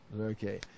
Okay